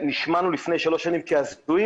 ונשמענו לפני שלוש שנים כהזויים.